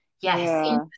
yes